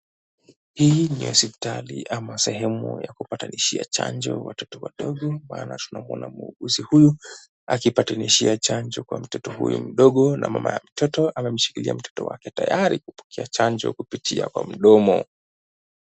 Hii ni hospitali ama sehemu ya kupatanishia chanjo watoto wadogo. Maana tunamuona muuguzi huyu akipatilishia chanjo kwa mtoto huyu mdogo, na mama yake mtoto amemshikilia mtoto wake, tayari kupokea chanjo kupitia kwa mdomo.